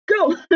go